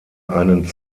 einen